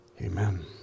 Amen